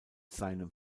seinem